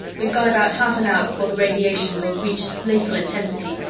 we've got about half an hour before the radiation will reach lethal intensity.